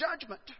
judgment